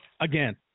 again